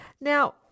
Now